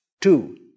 Two